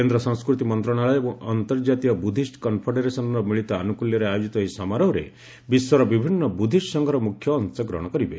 କେନ୍ଦ୍ର ସଂସ୍କୃତି ମନ୍ତ୍ରଣାଳୟ ଏବଂ ଅନ୍ତର୍ଜାତୀୟ ବୁଦ୍ଧିଷ୍ କନ୍ଫେଡେରେସନ୍ର ମିଳିତ ଆନୁକୂଲ୍ୟରେ ଆୟୋଜିତ ଏହି ସମାରୋହରେ ବିଶ୍ୱର ବିଭିନ୍ନ ବୁଦ୍ଧିଷ୍ଟ୍ ସଂଘର ମୁଖ୍ୟ ଅଶଗ୍ରହଣ କରିବେ